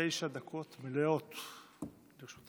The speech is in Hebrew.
תשע דקות מלאות לרשותך.